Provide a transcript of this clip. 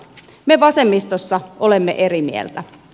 me vasemmistossa olemme eri mieltä